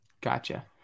Gotcha